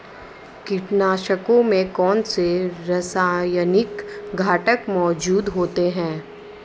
कीटनाशकों में कौनसे रासायनिक घटक मौजूद होते हैं?